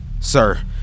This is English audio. Sir